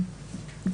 כן.